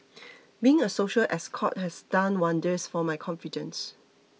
being a social escort has done wonders for my confidence